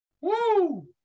Woo